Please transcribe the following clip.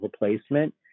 replacement